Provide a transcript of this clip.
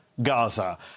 Gaza